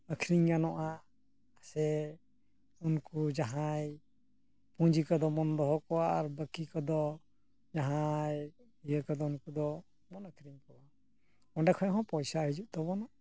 ᱟᱹᱠᱷᱨᱤᱧ ᱜᱟᱱᱚᱜᱼᱟ ᱥᱮ ᱩᱱᱠᱩ ᱡᱟᱦᱟᱸᱭ ᱯᱩᱸᱡᱤ ᱠᱚᱫᱚ ᱵᱚᱱ ᱫᱚᱦᱚ ᱠᱚᱣᱟ ᱟᱨ ᱵᱟᱹᱠᱤ ᱠᱚᱫᱚ ᱡᱟᱦᱟᱸᱭ ᱤᱭᱟᱹ ᱠᱚᱫᱚ ᱩᱱᱠᱩ ᱠᱚᱫᱚ ᱵᱚᱱ ᱟᱹᱠᱷᱨᱤᱧ ᱠᱚᱣᱟ ᱚᱸᱰᱮ ᱠᱷᱚᱱ ᱦᱚᱸ ᱯᱚᱭᱥᱟ ᱦᱤᱡᱩᱜ ᱛᱟᱵᱚᱱᱟ